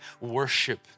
worship